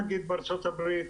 נגיד בארצות הברית,